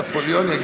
נפוליאון יגיע.